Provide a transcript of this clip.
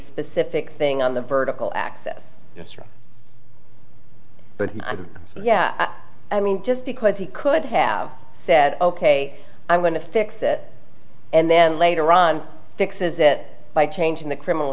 specific thing on the vertical access history but i'm so yeah i mean just because he could have said ok i'm going to fix it and then later on fixes it by changing the criminal